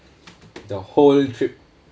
the whole trip